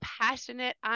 passionate